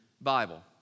Bible